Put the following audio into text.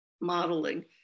modeling